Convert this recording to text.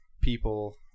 people